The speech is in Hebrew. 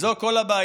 וזו כל הבעיה